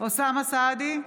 אוסאמה סעדי,